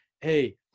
Hey